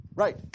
Right